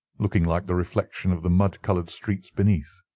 looking like the reflection of the mud-coloured streets beneath.